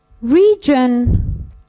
region